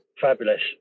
fabulous